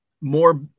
more